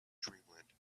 dreamland